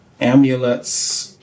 amulets